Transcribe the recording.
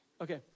Okay